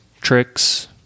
tricks